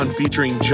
featuring